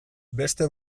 beste